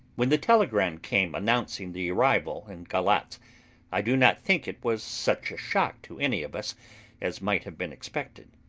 when the telegram came announcing the arrival in galatz i do not think it was such a shock to any of us as might have been expected.